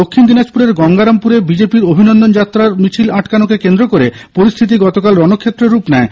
দক্ষিণ দিনাজপুরের গঙ্গারামপুরে বিজেপি র অভিনন্দন যাত্রার মিছিল আটকানোকে কেন্দ্র করে পরিস্হিতি গতকাল রণক্ষেত্রের রূপ নেয়